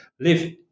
live